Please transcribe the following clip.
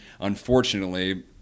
Unfortunately